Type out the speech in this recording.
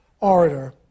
orator